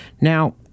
Now